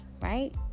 right